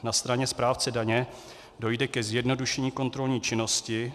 Na straně správce daně dojde ke zjednodušení kontrolní činnosti.